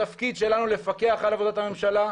התפקיד שלנו לפקח על עבודת הממשלה.